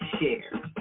share